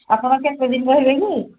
ଆପଣ କେତେ ଦିନ ରହିବେ କି